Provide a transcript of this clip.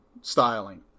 styling